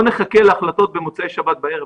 לא נחכה להחלטות במוצאי שבת בערב,